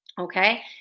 Okay